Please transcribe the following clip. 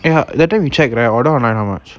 eh ya that time you check right order online how much